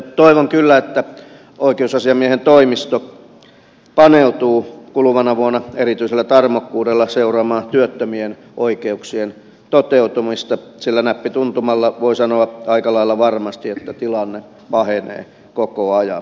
toivon kyllä että oikeusasiamiehen toimisto paneutuu kuluvana vuonna erityisellä tarmokkuudella seuraamaan työttömien oikeuksien toteutumista sillä näppituntumalla voi sanoa aika lailla varmasti että tilanne pahenee koko ajan